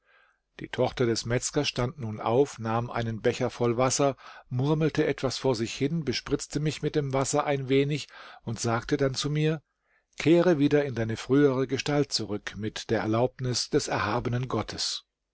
die tochter des metzgers stand nun auf nahm einen becher voll wasser murmelte etwas vor sich hin bespritzte mich mit dem wasser ein wenig und sagte dann zu mir kehre wieder in deine frühere gestalt zurück mit der erlaubnis des erhabenen gottes